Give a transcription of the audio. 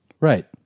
Right